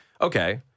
okay